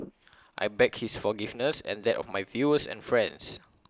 I beg his forgiveness and that of my viewers and friends